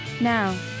Now